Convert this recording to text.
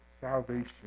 salvation